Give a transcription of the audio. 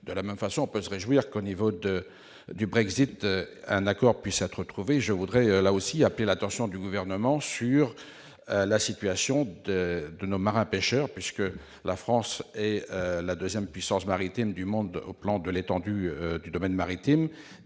de la même façon, on peut se réjouir qu'au niveau de du Brexit, un accord puisse être trouvé, je voudrais là aussi appelé l'attention du gouvernement sur la situation de nos marins pêcheurs puisque la France est la 2ème puissance maritime du monde, au plan de l'étendue du domaine maritime